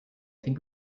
think